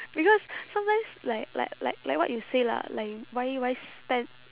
because sometimes like like like like what you say lah like why why spend